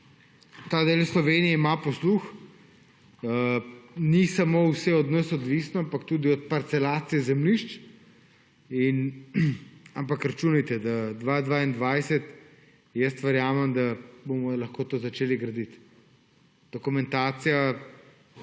ta del Slovenije ima posluh. Ni vse samo od nas odvisno, ampak tudi od parcelacije zemljišč. Ampak računajte, da 2022, jaz verjamem, bomo lahko to začeli graditi. Dokumentacija bo